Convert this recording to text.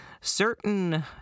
certain